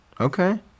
Okay